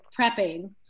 prepping